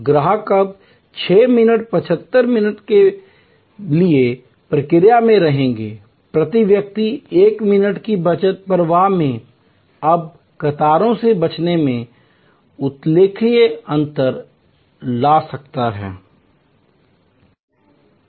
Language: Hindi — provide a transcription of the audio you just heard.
ग्राहक अब 675 मिनट के लिए प्रक्रिया में रहेगा प्रति व्यक्ति 1 मिनट की बचत प्रवाह में और कतारों से बचने में उल्लेखनीय अंतर ला सकता है